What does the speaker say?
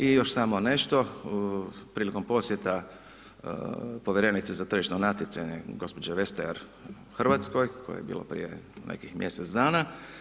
I još samo nešto, prilikom posjeta povjerenice za tržišno natjecanje gospođe Vestager u Hrvatsko koje je bilo prije nekih mjesec dana.